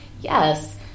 Yes